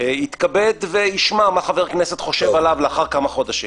יתכבד וישמע מה חבר כנסת חושב עליו לאחר כמה חודשים,